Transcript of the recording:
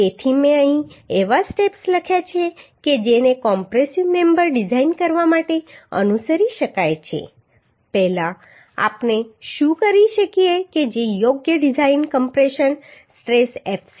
તેથી મેં અહીં એવા સ્ટેપ્સ લખ્યા છે કે જેને કોમ્પ્રેસિવ મેમ્બર ડિઝાઇન કરવા માટે અનુસરી શકાય છે પહેલા આપણે શું કરી શકીએ કે જે યોગ્ય ડિઝાઇન કમ્પ્રેશન સ્ટ્રેસ fcd ધારે તે 0